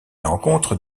rencontre